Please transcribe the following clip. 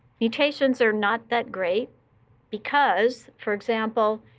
mutations are not that great because, for example,